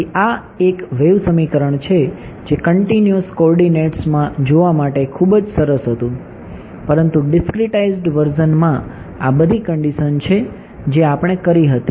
તેથી આ એક વેવ સમીકરણ છે જે કંટીન્યુયસ કોઓર્ડિનેટ્સ માં જોવા માટે ખૂબ જ સરસ હતું પરંતુ ડીસ્ક્રીટાઈઝ્ડ વર્ઝન માં આ બધી કન્ડિશન છે જે આપણે કરી હતી